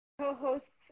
co-hosts